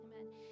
Amen